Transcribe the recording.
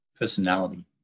personality